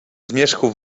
zmierzchu